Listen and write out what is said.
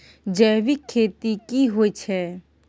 जैविक खेती की होए छै?